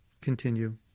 continue